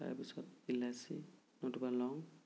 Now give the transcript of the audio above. তাৰপিছত ইলাছি নতুবা লং